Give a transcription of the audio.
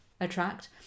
attract